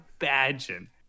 imagine